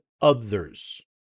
others